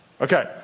Okay